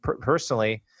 personally